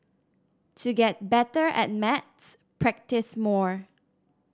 to get better at maths practise more